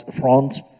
front